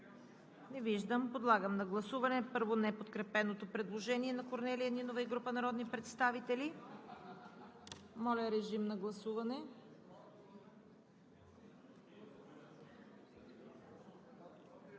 Не виждам. Подлагам на гласуване първо неподкрепеното предложение на Корнелия Нинова и група народни представители. Гласували